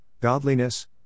godliness